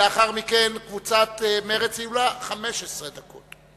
לאחר מכן, קבוצת מרצ, יהיו לה 15 דקות.